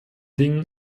dingen